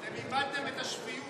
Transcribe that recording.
אתם איבדתם את השפיות.